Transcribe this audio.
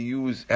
use